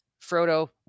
Frodo